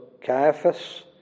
Caiaphas